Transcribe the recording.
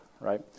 right